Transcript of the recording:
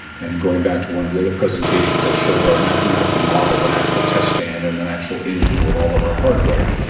and going back to one of the other presentations that showed our mathematical model of an actual test stand and an actual engine with all of our hardware,